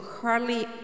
hardly